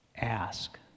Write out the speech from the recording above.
Ask